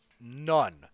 None